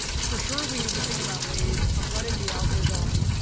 for sure we need to think about ways of letting the algorithm